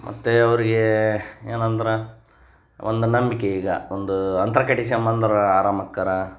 ಮತ್ತು ಅವ್ರ್ಗೆ ಏನಂದ್ರೆ ಒಂದು ನಂಬಿಕೆ ಈಗ ಒಂದು ಅಂತ್ರ ಕಟ್ಟಿಸ್ಕಂಬಂದ್ರ ಅರಾಮ ಆಕ್ತಾರ